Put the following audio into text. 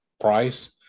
price